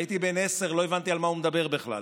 הייתי בן עשר, לא הבנתי על מה הוא מדבר בכלל.